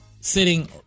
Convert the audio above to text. sitting